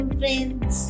friends